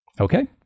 Okay